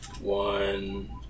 one